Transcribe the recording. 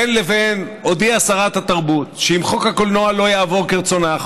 בין לבין הודיעה שרת התרבות שאם חוק הקולנוע לא יעבור כרצונה,